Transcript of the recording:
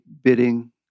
bidding